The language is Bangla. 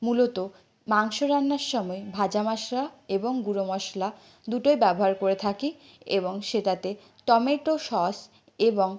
মূলত মাংস রান্নার সময় ভাজা মশলা এবং গুঁড়ো মশলা দুটোই ব্যবহার করে থাকি এবং সেটাতে টমেটো সস এবং